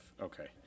okay